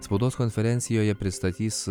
spaudos konferencijoje pristatys